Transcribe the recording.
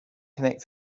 connect